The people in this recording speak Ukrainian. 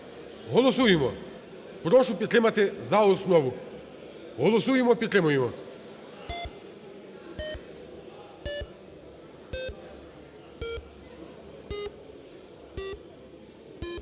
Голосуємо. Прошу підтримати за основу. Голосуємо, підтримуємо.